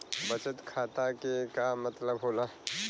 बचत खाता के का मतलब होला?